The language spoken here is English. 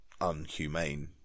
unhumane